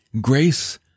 Grace